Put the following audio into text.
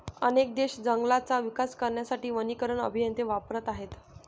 अनेक देश जंगलांचा विकास करण्यासाठी वनीकरण अभियंते वापरत आहेत